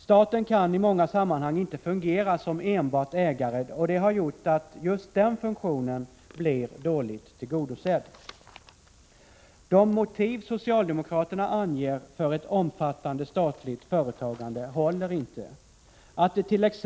Staten kan i många sammanhang inte fungera som enbart ägare, och det har gjort att just den funktionen blir dåligt tillgodosedd. De motiv socialdemokraterna anger för ett omfattande statligt företagande håller inte. Att dett.ex.